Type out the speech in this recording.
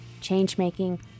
change-making